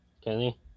Kenny